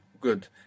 Good